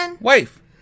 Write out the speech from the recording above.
Wife